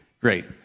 Great